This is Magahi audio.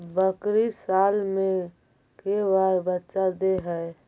बकरी साल मे के बार बच्चा दे है?